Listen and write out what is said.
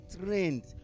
trained